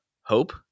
hope